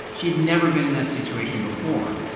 she'd never been in that situation before.